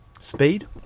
speed